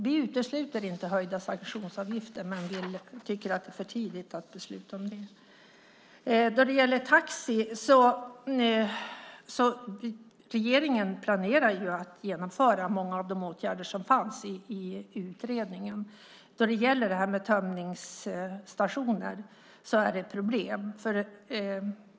Vi utesluter inte höjda sanktionsavgifter men tycker att det är för tidigt att besluta om det. Då det gäller taxi planerar regeringen att genomföra många av de åtgärder som föreslogs i utredningen. Beträffande tömningsstationer finns det dock problem.